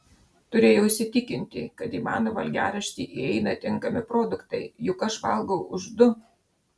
turėjau įsitikinti kad į mano valgiaraštį įeina tinkami produktai juk aš valgau už du